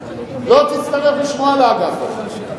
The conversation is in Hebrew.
לא תצטרך לשמוע לאגף הזה.